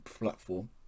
platform